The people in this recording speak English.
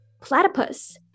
platypus